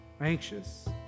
anxious